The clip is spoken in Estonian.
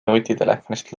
nutitelefonist